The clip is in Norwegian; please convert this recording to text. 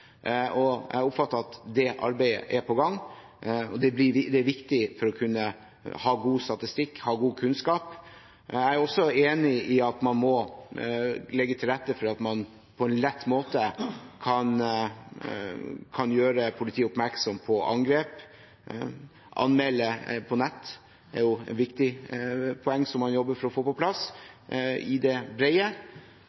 Jeg oppfatter det slik at det arbeidet er på gang, og det er viktig for å kunne ha god statistikk, ha god kunnskap. Jeg er også enig i at man må legge til rette for at man på en lett måte kan gjøre politiet oppmerksom på angrep. Å anmelde på nett er et viktig poeng som man jobber med å få på plass,